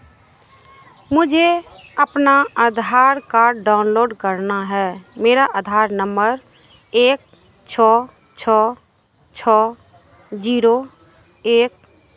मुझे अपना Aadhaar card download करना है मेरा आधार नंबर एक छः छः छः जीरो एक